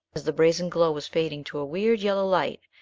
as the brazen glow was fading to a weird, yellow light,